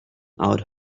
out